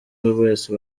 wese